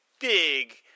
big